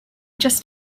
just